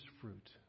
fruit